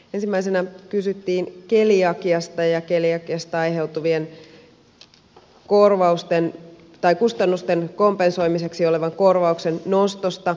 ensimmäisenä kysyttiin keliakiasta ja keliakiasta aiheutuvien kustannusten kompensoimiseksi olevan korvauksen nostosta